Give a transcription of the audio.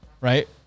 Right